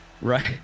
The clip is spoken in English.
Right